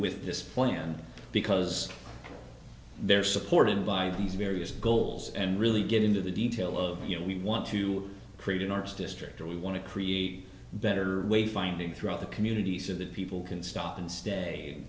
with display and because they're supported by these various goals and really get into the detail over here we want to create an arts district or we want to create better way finding throughout the community so that people can stop and stay